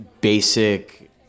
basic